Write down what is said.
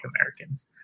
Americans